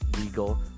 legal